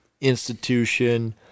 institution